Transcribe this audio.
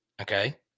okay